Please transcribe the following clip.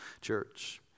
church